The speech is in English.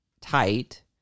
tight